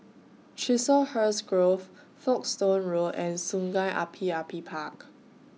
Chiselhurst Grove Folkestone Road and Sungei Api Api Park